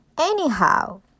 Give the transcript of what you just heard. Anyhow